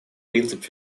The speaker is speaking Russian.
принцип